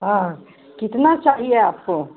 हाँ कितना चाहिए आपको